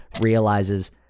realizes